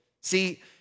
See